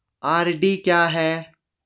RD क्या है?